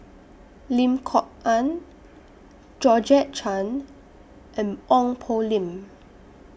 Lim Kok Ann Georgette Chen and Ong Poh Lim